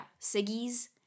siggy's